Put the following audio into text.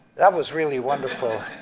that was really wonderful.